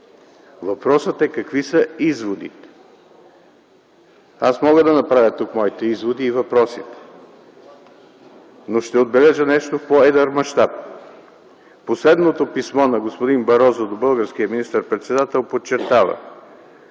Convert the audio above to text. въпросът е: какви са изводите? Аз мога да направя тук своите изводи и въпроси, но ще отбележа нещо в по-едър мащаб. Последното писмо на господин Барозу до българския министър-председател подчертава: